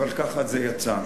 אבל ככה זה יצא.